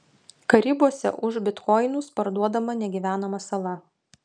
karibuose už bitkoinus parduodama negyvenama sala